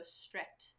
strict